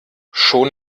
schon